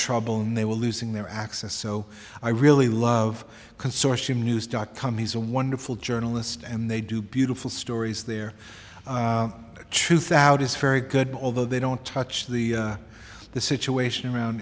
trouble and they were losing their access so i really love consortium news dot com he's a wonderful journalist and they do beautiful stories there truthout is very good although they don't touch the situation around